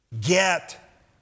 get